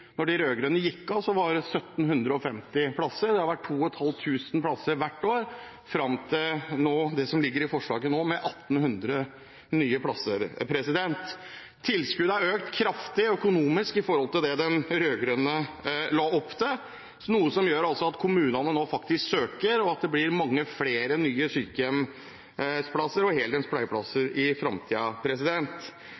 når det gjelder både antall og muligheten til å søke. Da de rød-grønne gikk av, var det 1 750 plasser, og det har vært 2 500 plasser hvert år fram til det som nå ligger i forslaget, med 1 800 nye plasser. Det økonomiske tilskuddet er økt kraftig i forhold til det den rød-grønne regjeringen la opp til, noe som gjør at kommunene nå faktisk søker, og at det blir mange flere nye sykehjemsplasser og heldøgns